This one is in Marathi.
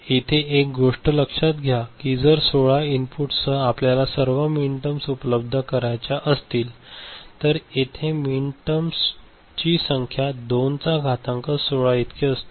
इथे एक गोष्ट लक्षात घ्या की जर 16 इनपुटसह आपलयाला सर्व मिनीटर्स उत्पन्न करायच्या असतील तर इथे मिन टर्म्स ची संख्या 2 चा घातांक 16 इतकी असेल